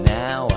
now